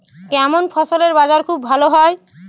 কেমন ফসলের বাজার খুব ভালো হয়?